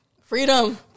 Freedom